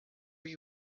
will